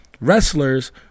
wrestlers